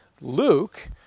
Luke